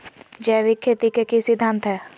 जैविक खेती के की सिद्धांत हैय?